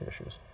issues